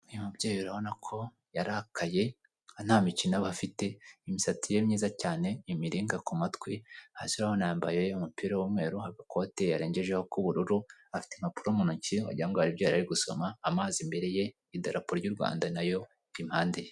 Uyu mubyeyi urabona ko yarakaye nta mikino aba afite, imisatsi ye myiza cyane, imiringa ku matwi, hasi urabona yambaye umupira w'umweru, agakote yarengejeho k'ubururu, afite impapuro mu ntoki wagira ngo hari ibyo yarari gusoma, amazi imbere ye, idarapo ry'u Rwanda na yo impande ye.